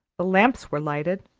the lamps were lighted,